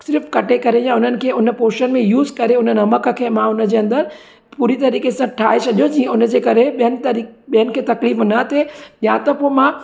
slip कटे करे या हुननि खे हुन पोशन में यूज़ करे हुन नमक खे मां हुन जे अंदरु पूरी तरीक़े सां ठाहे छॾियो जीअं हुन जे करे ॿियनि तरी ॿेअनि खे तकलीफ़ न थिए या त पोइ मां